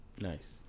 Nice